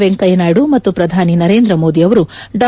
ವೆಂಕಯ್ನಾಯ್ನಿಮತ್ನು ಪ್ರಧಾನಿ ನರೇಂದ್ರ ಮೋದಿ ಅವರು ಡಾ